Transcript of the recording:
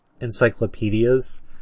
encyclopedias